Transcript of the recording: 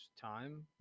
time